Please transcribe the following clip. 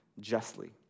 justly